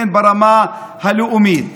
הן ברמה הלאומית.